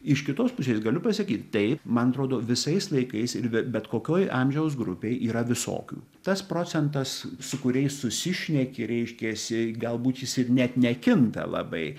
iš kitos pusės galiu pasakyt taip man atrodo visais laikais ir ve bet kokioj amžiaus grupėj yra visokių tas procentas su kuriais susišneki reiškiasi galbūt jis ir net nekinta labai